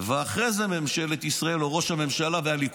ואחרי זה ממשלת ישראל או ראש הממשלה והליכוד.